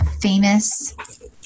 famous